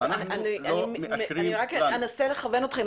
-- אני רק אנסה לכוון אותך,